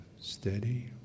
Steady